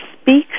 speaks